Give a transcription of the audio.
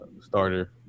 starter